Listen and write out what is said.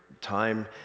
time